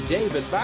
David